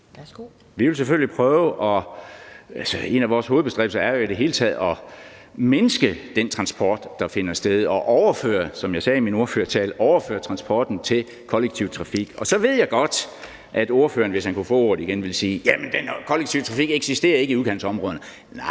11:57 Henning Hyllested (EL): En af vores hovedbestræbelser er jo i det hele taget at mindske den transport, der finder sted, og – som jeg sagde i min ordførertale – overføre transporten til kollektiv trafik. Og så ved jeg godt, at ordføreren, hvis han kunne få ordet igen, ville sige: Jamen den kollektive trafik eksisterer ikke i udkantsområderne! Nej,